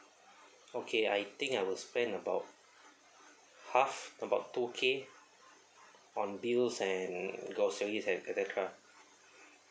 okay I think I will spend about half about two K on bills and groceries and et cetera